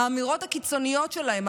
האמירות הקיצוניות שלהם,